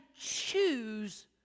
choose